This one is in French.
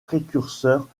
précurseurs